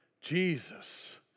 Jesus